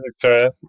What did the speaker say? Victoria